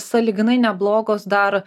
sąlyginai neblogos dar